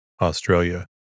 Australia